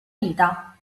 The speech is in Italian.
rita